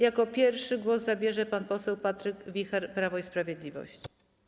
Jako pierwszy głos zabierze pan poseł Patryk Wicher, Prawo i Sprawiedliwość.